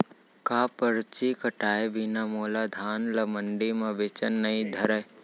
का परची कटाय बिना मोला धान ल मंडी म बेचन नई धरय?